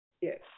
yes